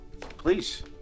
Please